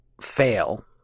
fail